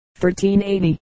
1380